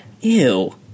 ew